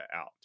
out